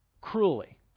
Cruelly